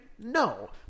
No